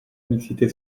mixité